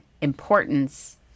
importance